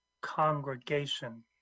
congregation